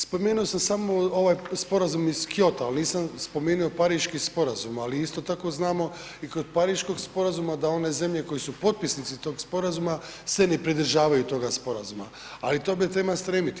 Spomenuo sam samo ovaj sporazum iz Kyota, ali nisam spomenu Pariški sporazum, ali isto tako znamo i kod Pariškog sporazuma da one zemlje koje su potpisnici tog sporazuma se ne pridržavaju toga sporazuma, ali tome treba stremiti.